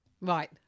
Right